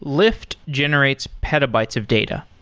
lyft generates petabytes of data.